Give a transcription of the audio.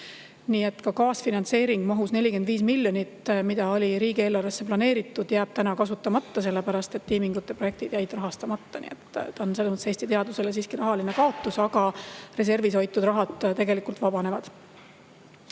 ei saanud. Kaasfinantseering mahus 45 miljonit eurot, mis oli riigieelarvesse planeeritud, jääb kasutamata, sellepärast et Teamingu projektid jäid rahastamata. See on Eesti teadusele siiski rahaline kaotus, aga reservis hoitud raha tegelikult vabaneb.